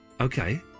Okay